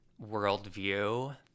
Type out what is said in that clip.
worldview